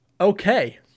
Okay